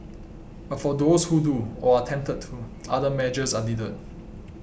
but for those who do or are tempted to other measures are needed